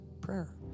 prayer